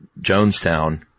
Jonestown